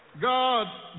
God